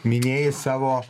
minėjai savo